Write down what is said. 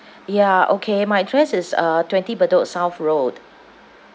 ya okay my address is uh twenty bedok south road